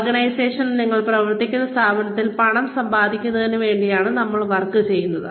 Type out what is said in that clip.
ഓർഗനൈസേഷനിൽ നിന്ന് ഞങ്ങൾ പ്രവർത്തിക്കുന്ന സ്ഥാപനത്തിൽ നിന്ന് പണം സമ്പാദിക്കുന്നതിന് വേണ്ടിയാണ് നമ്മൾ വർക്ക് ചെയ്യുന്നത്